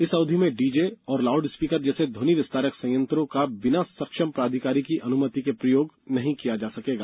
इस अवधि में डीजे और लाउडस्पीकर जैसे ध्वनि विस्तारक संयंत्रों का बिना सक्षम प्राधिकारी की अनुमति के प्रयोग नहीं किया जा सकेगा